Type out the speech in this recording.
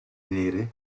nere